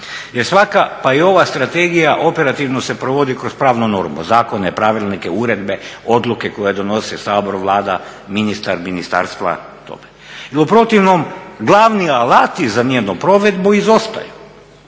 svaka pa i ova strategija operativno se provodi kroz pravnu normu, zakone, pravilnike, uredbe, odluke koje donose Sabor, Vlada, ministar, ministarstva. Jer u protivnom glavni alati za njenu provedbu izostaju.